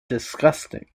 disgusting